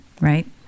right